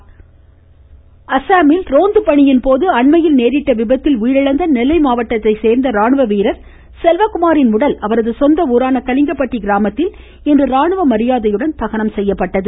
ம் ம் ம் ம் ம செல்வகுமார் அஸ்ஸாமில் ரோந்துபணியின் போது அண்மையில் நேரிட்ட விபத்தில் உயிரிழந்த நெல்லை மாவட்டத்தை சேர்ந்த ராணுவ வீரர் செல்வகுமாரின் உடல் அவரது சொந்த ஊரான கலிங்கப்பட்டி கிராமத்தில் இன்று ராணுவமரியாதையுடன் தகனம் செய்யப்பட்டது